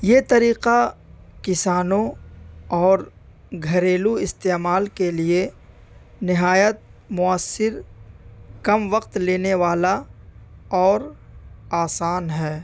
یہ طریقہ کسانوں اور گھریلو استعمال کے لیے نہایت مؤثر کم وقت لینے والا اور آسان ہے